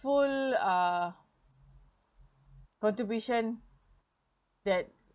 uh contribution that